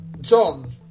John